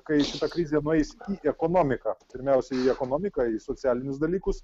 kai šita krizė nueis į ekonomiką pirmiausia į ekonomiką į socialinius dalykus